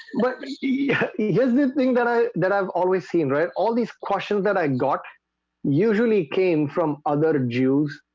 but here's the thing that i that i've always seen right all these questions that i got usually came from other jews